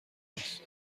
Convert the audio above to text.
است